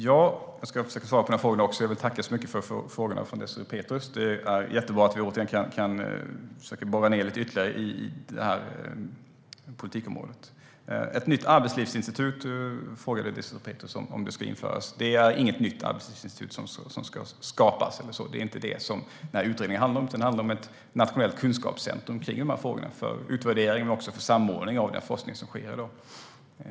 Herr talman! Jag vill tacka så mycket för frågorna från Désirée Pethrus, och jag ska försöka att svara på dem. Det är jättebra att vi kan borra ned ytterligare i det här politikområdet. Désirée Pethrus frågade om det ska inrättas ett nytt arbetslivsinstitut. Det ska inte skapas något nytt arbetslivsinstitut. Det är inte det som utredningen handlar om, utan den handlar om ett nationellt kunskapscentrum för utvärdering och samordning av den forskning som sker i dag.